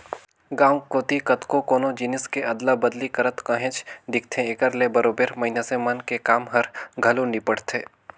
गाँव कोती कतको कोनो जिनिस के अदला बदली करत काहेच दिखथे, एकर ले बरोबेर मइनसे मन के काम हर घलो निपटथे